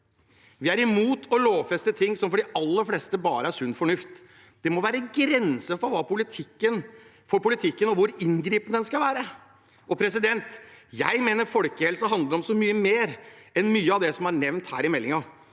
Vi er imot å lovfeste ting som for de aller fleste bare er sunn fornuft. Det må være grenser for politikken og for hvor inngripende den skal være. Jeg mener folkehelse handler om så mye mer enn mye av det som er nevnt i denne meldingen.